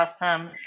Awesome